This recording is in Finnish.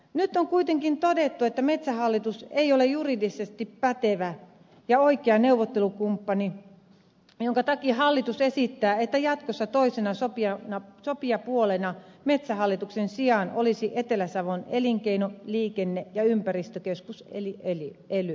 nyt on kuitenkin todettu että metsähallitus ei ole juridisesti pätevä ja oikea neuvottelukumppani minkä takia hallitus esittää että jatkossa toisena sopijapuolena metsähallituksen sijaan olisi etelä savon elinkeino liikenne ja ympäristökeskus eli ely